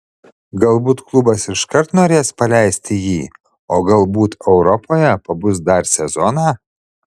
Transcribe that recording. galbūt klubas iškart norės paleisti jį o galbūt europoje pabus dar sezoną